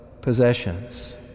possessions